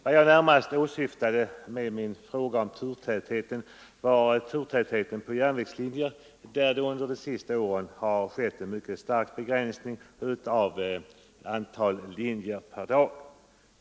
Vad jag närmast åsyftade med min fråga om turtätheten var turtätheten på järnvägslinjer där det under de senaste åren har skett en mycket stark begränsning av antalet turer per dag.